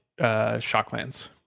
Shocklands